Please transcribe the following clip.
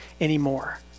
anymore